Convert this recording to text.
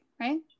right